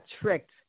tricked